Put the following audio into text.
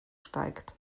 steigt